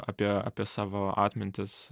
apie apie savo atmintis